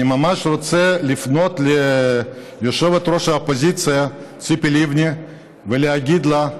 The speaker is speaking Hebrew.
אני ממש רוצה לפנות ליושבת-ראש האופוזיציה ציפי לבני ולהגיד לה: